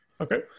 Okay